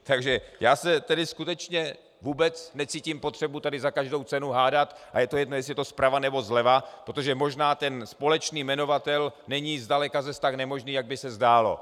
Takže já tedy skutečně necítím potřebu se tady za každou cenu hádat, a je jedno, jestli je to zprava, nebo zleva, protože možná ten společný jmenovatel není zdaleka zas tak nemožný, jak by se zdálo.